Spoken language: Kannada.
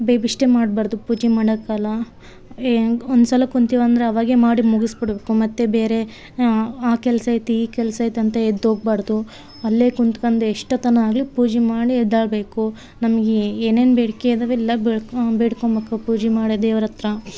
ಬೇಬಿಷ್ಟೆ ಮಾಡಬಾರ್ದು ಪೂಜೆ ಮಾಡೋಕ್ಕಲ ಹೆಂಗ್ ಒಂದುಸಲ ಕುಂತಿವಿ ಅಂದರೆ ಅವಾಗೆ ಮಾಡಿ ಮುಗಿಸಿಬಿಡ್ಬೇಕು ಮತ್ತು ಬೇರೆ ಆ ಕೆಲಸ ಐತಿ ಈ ಕೆಲಸ ಆಯ್ತು ಅಂತ ಎದ್ದೋಗಬಾರ್ದು ಅಲ್ಲೇ ಕುಂತ್ಕಂಡು ಎಷ್ಟೋತನ ಆಗಲಿ ಪೂಜೆ ಮಾಡಿ ಎದ್ದೇಳ್ಬೇಕು ನಮಗೆ ಏನೇನು ಬೇಡಿಕೆ ಅದವೆಲ್ಲ ಬೆಳ್ಕು ಬೇಡ್ಕೊಬೇಕು ಪೂಜೆ ಮಾಡಿ ದೇವರಹತ್ರ